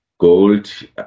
Gold